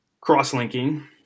cross-linking